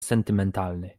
sentymentalny